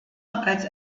als